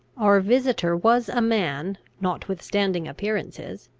our visitor was a man, notwithstanding appearances,